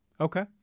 Okay